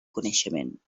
coneixement